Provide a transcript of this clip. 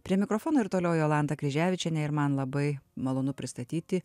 prie mikrofono ir toliau jolanta kryževičienė ir man labai malonu pristatyti